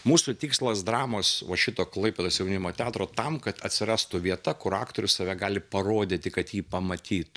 mūsų tikslas dramos va šito klaipėdos jaunimo teatro tam kad atsirastų vieta kur aktorius save gali parodyti kad jį pamatytų